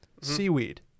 Seaweed